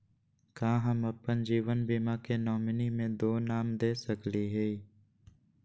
का हम अप्पन जीवन बीमा के नॉमिनी में दो नाम दे सकली हई?